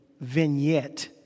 vignette